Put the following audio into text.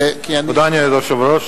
אדוני היושב-ראש,